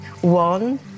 One